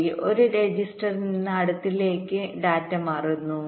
വഴി ഒരു രജിസ്റ്ററിൽ നിന്ന് അടുത്തതിലേക്ക് ഡാറ്റ മാറുന്നു